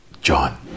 John